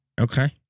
Okay